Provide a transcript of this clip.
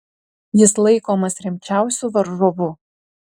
jis laikomas rimčiausiu varžovu